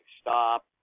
stop